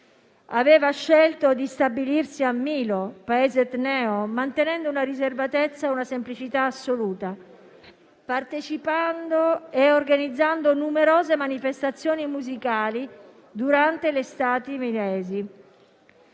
Aveva scelto di stabilirsi a Milo, paese etneo, mantenendo una riservatezza e una semplicità assoluta, partecipando e organizzando numerose manifestazioni musicali durante le estati milesi.